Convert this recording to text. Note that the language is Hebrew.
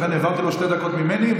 לכן העברתי לו שתי דקות ממני.